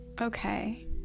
Okay